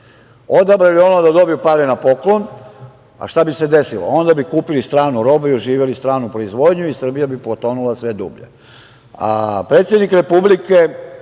odabrali da dobiju pare na poklon. Šta bi se desilo? Onda bi kupili stranu robu i oživeli stranu proizvodnju i Srbija bi potonula sve